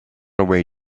away